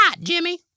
Jimmy